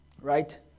Right